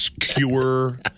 cure